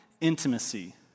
intimacy